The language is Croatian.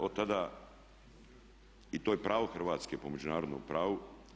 Od tada i to je pravo Hrvatske po međunarodnom pravu.